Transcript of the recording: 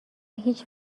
هیچ